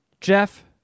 Jeff